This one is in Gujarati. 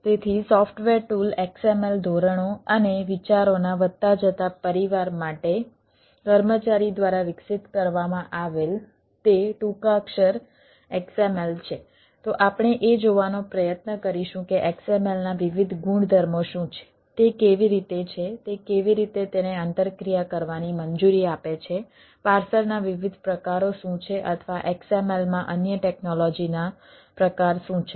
તેથી સોફ્ટવેર ટૂલ ના વિવિધ પ્રકારો શું છે અથવા XML માં અન્ય ટેક્નોલોજીના પ્રકાર શું છે